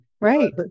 right